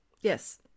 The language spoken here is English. Yes